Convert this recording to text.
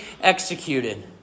executed